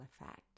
effect